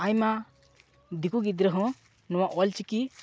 ᱟᱭᱢᱟ ᱫᱤᱠᱩ ᱜᱤᱫᱽᱨᱟᱹ ᱦᱚᱸ ᱱᱚᱣᱟ ᱚᱞ ᱪᱤᱠᱤ